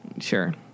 Sure